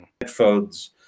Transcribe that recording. headphones